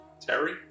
Terry